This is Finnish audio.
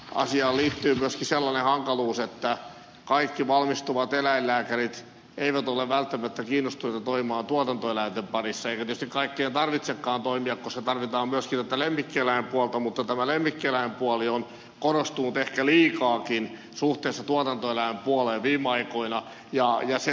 asiaan liittyy myöskin sellainen hankaluus että kaikki valmistuvat eläinlääkärit eivät ole välttämättä kiinnostuneita toimimaan tuotantoeläinten parissa eikä tietysti kaikkien tarvitsekaan toimia koska tarvitaan myöskin tuota lemmikkieläinpuolta mutta tämä lemmikkieläinpuoli on korostunut ehkä liikaakin suhteessa tuotantoeläinpuoleen viime aikoina